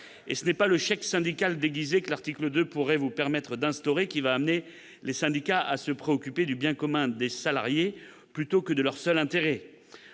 Ce n'est pas le chèque syndical déguisé que l'article 2 vous permettrait d'instaurer qui conduira les syndicats à se préoccuper du bien commun des salariés plutôt que de leur seul intérêt.